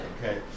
Okay